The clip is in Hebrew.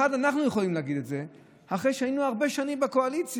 אנחנו יכולים להגיד את זה במיוחד אחרי שהיינו הרבה שנים בקואליציה.